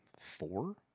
four